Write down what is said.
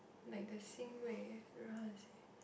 like the 欣慰 don't know how to say